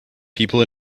people